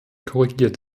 korrigiert